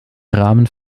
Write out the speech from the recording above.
rahmen